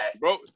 Bro